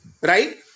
right